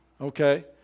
okay